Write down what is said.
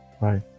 right